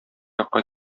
якка